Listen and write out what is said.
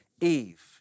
Eve